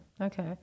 okay